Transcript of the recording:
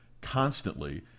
constantly